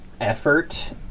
effort